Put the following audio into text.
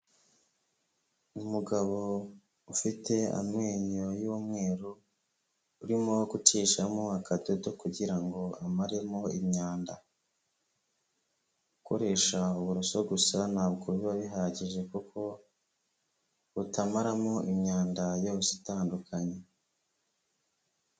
Umugabo ufite amenyo y'umweru, urimo gucishamo akadodo kugira ngo amaremo imyanda. Gukoresha uburoso gusa ntabwo biba bihagije kuko butamaramo imyanda yose itandukanye.